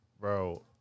bro